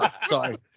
Sorry